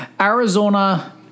Arizona